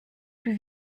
plus